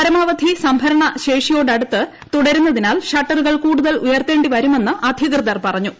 പരമാവധി സംഭരണ സംഭരണശേഷിയോടടുത്ത് തുടരുന്നതിനാൽ ഷട്ടറുകൾ കൂടുതൽ ഉയർത്തേണ്ടി വരുമെന്ന് അധികൃതർ പറഞ്ഞു